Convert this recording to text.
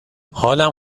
حالم